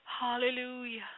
Hallelujah